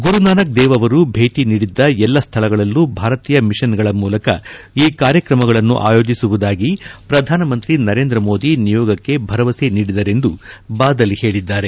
ಗುರುನಾನಕ್ದೇವ್ ಅವರು ಭೇಟ ನೀಡಿದ್ದ ಎಲ್ಲಾ ಸ್ವಳಗಳಲ್ಲೂ ಭಾರತೀಯ ಮಿಷನ್ಗಳ ಮೂಲಕ ಈ ಕಾರ್ಯಕ್ರಮಗಳನ್ನು ಆಯೋಜಿಸುವುದಾಗಿ ಪ್ರಧಾನಿ ಮೋದಿ ನಿಯೋಗಕ್ಕೆ ಭರವಸೆ ನೀಡಿದರೆಂದು ಬಾದಲ್ ಹೇಳಿದ್ದಾರೆ